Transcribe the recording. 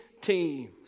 team